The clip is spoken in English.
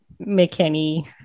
McKinney